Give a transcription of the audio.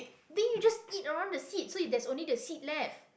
then you just eat around the seed so if there's only the seed left